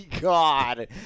god